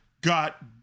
got